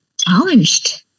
challenged